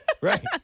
Right